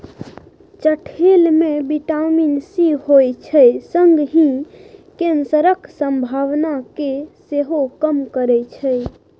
चठेल मे vitamin C होइ छै संगहि कैंसरक संभावना केँ सेहो कम करय छै